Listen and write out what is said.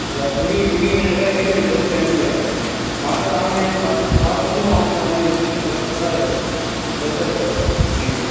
त इन इन वजह सां इन में ज़रूरत पवंदी आहे मां त तव्हांखे पंहिंजो सुझाव ॾींदोमांव की तव्हां इहो एसी जी सर्विस करायो बहितरु अथव जी